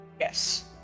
Yes